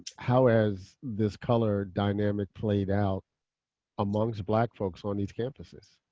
how has this color dynamic played out amongst black folks on these campuses?